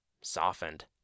softened